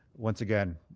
once again,